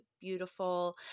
beautiful